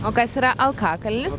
o kas yra alkakalnis